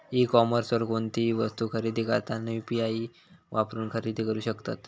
E कॉमर्सवर कोणतीही वस्तू खरेदी करताना यू.पी.आई वापरून खरेदी करू शकतत